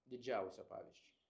didžiausią pavyzdžiui